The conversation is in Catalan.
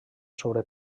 sobre